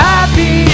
Happy